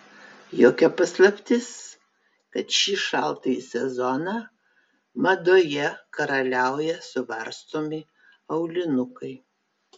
jokia paslaptis kad šį šaltąjį sezoną madoje karaliauja suvarstomi aulinukai